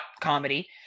comedy